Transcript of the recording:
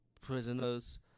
prisoners